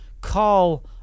call